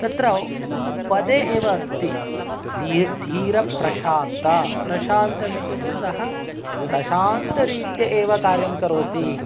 तत्र पदे एव अस्ति धीरप्रशान्तः प्रशान्तम् इत्युक्ते सः प्रशान्तरीत्या एव कार्यं करोति